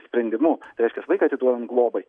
sprendimu reiškias vaiką atiduodant globai